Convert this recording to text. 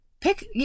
Pick